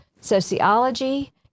sociology